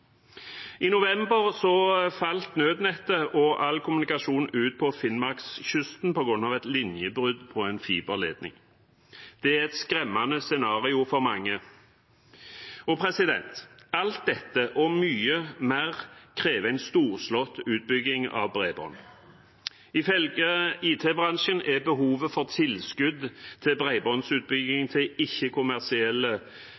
I november falt nødnettet og all kommunikasjon ut på Finnmarkskysten på grunn av et linjebrudd på en fiberledning. Det er et skremmende scenario for mange. Alt dette og mye mer krever en storslått utbygging av bredbånd. Ifølge IT-bransjen er behovet for tilskudd til